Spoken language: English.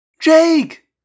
Jake